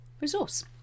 resource